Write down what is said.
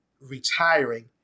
retiring